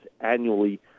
annually